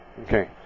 Okay